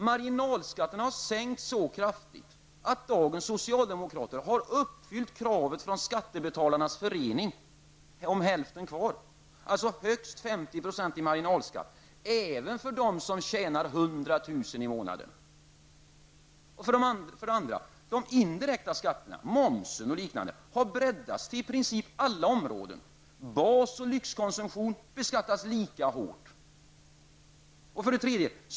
Marginalskatterna har sänkts så kraftigt att dagens socialdemokrater har uppfyllt kravet från 2. De indirekta skatterna, momsen och liknande, har breddats till i princip alla områden. Bas och lyxkonsumtion beskattas lika hårt. 3.